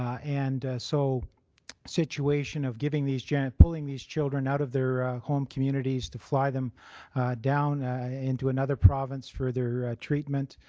and so situation of giving these yeah pulling these children out of their home communities to fly them down into another province for their treatment,